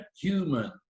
human